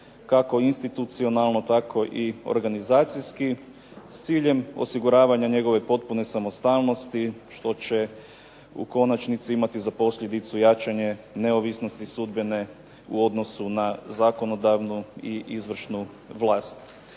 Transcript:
kako institucionalno tako i organizacijski s ciljem osiguravanja njegove potpune samostalnosti što će u konačnici imati za posljedicu jačanje neovisnosti sudbene u odnosu na zakonodavnu i izvršnu vlast.